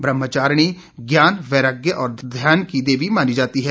ब्रहमचारिणी ज्ञान वैराग्य और ध्यान की देवी मानी जाती है